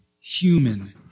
human